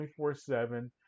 24-7